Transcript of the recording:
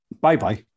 Bye-bye